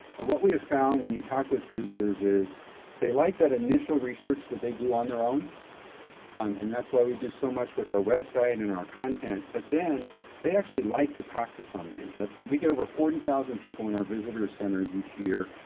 and what we have found when you talk with visitors is they like that initial research that they do on their own and that's why we do so much with our website and our content but then they actually like to talk to somebody. we get over forty thousand people in our visitor centers each year,